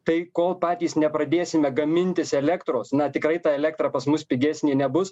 tai kol patys nepradėsime gamintis elektros na tikrai ta elektra pas mus pigesnė nebus